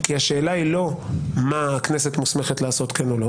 כי השאלה היא לא מה הכנסת מוסמכת לעשות כן לא,